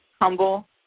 humble